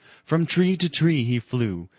from tree to tree he flew,